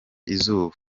izuba